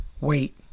Wait